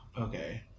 Okay